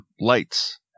lights